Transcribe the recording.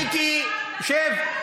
מיקי, שב.